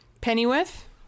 Pennyworth